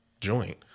joint